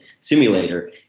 simulator